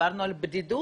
כשדיברנו על בדידות,